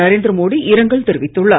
நரேந்திர மோடி இரங்கல் தெரிவித்துள்ளார்